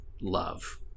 Love